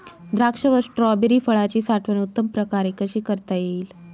द्राक्ष व स्ट्रॉबेरी फळाची साठवण उत्तम प्रकारे कशी करता येईल?